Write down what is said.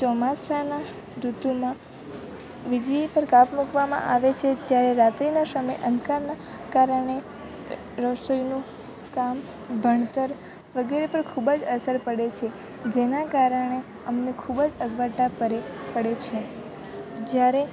ચોમાસાના ઋતુમાં વીજળી પર કાપ મૂકવામાં આવે છે ત્યારે રાત્રિના સમયે અંધકારના કારણે રસોઈનું કામ ભણતર વગેરે પર ખૂબ જ અસર પડે છે જેના કારણે અમને ખૂબ જ અગવડતા પરે પડે છે જ્યારે